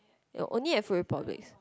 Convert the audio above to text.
ya only at food republic